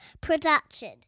production